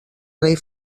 rei